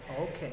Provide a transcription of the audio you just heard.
okay